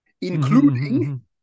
including